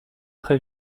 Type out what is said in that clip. très